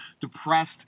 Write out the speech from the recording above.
depressed